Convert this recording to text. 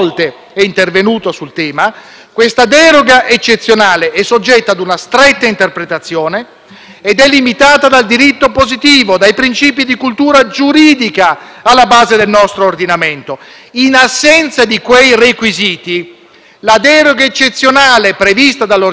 ed è limitata dal diritto positivo, dai principi di cultura giuridica alla base del nostro ordinamento. In assenza di quei requisiti, la deroga eccezionale prevista dall'ordinamento diventa un privilegio incompatibile con i principi del nostro ordinamento costituzionale